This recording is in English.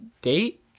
date